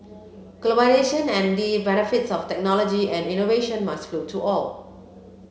globalisation and the benefits of technology and innovation must flow to all